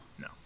no